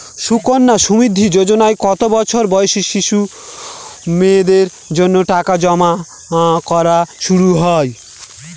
সুকন্যা সমৃদ্ধি যোজনায় কত বছর বয়সী শিশু মেয়েদের জন্য টাকা জমা করা শুরু হয়?